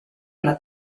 una